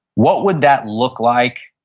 what would that look like,